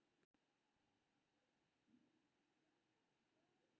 कृषि वानिकी एप के मकसद किसान कें खेती के उन्नत तकनीक के जानकारी देनाय छै